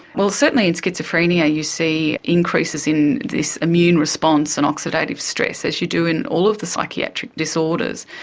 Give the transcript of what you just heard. well, certainly in schizophrenia you see increases in this immune response and oxidative stress, as you do in all of the psychiatric disorders.